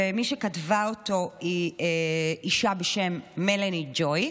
ומי שכתבה אותו היא אישה בשם מלאני ג'וי.